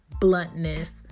bluntness